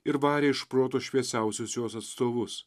ir varė iš proto šviesiausius jos atstovus